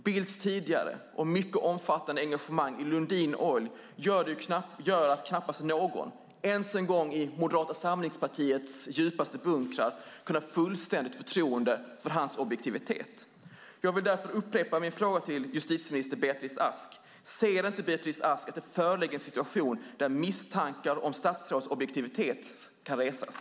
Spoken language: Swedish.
Bildts tidigare och mycket omfattande engagemang i Lundin Oil gör att knappast någon, inte ens en gång i Moderaternas djupaste bunkrar, kan ha fullständigt förtroende för hans objektivitet. Jag vill därför upprepa min fråga till justitieminister Beatrice Ask: Ser inte Beatrice Ask att det föreligger en situation där misstankar om statsråds objektivitet kan resas?